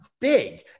Big